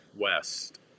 West